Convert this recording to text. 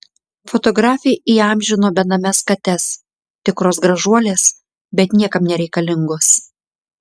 fotografė įamžino benames kates tikros gražuolės bet niekam nereikalingos